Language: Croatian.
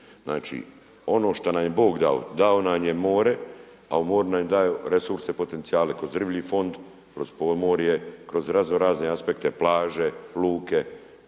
Znači, ono što nam je Bog dao, dao nam je more a u moru nam je dao resurse, potencijale kroz riblji fond, kroz podmorje, kroz razno razne aspekte plaže, luke.